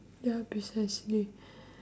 ya precisely